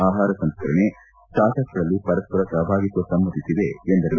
ಆಹಾರ ಸಂಸ್ಕರಣೆ ಸ್ಟಾರ್ಟ್ಪ್ಗಳಲ್ಲಿ ಪರಸ್ಪರ ಸಹಭಾಗಿತ್ವ ಸಮ್ಮತಿಸಿವೆ ಎಂದರು